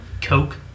Coke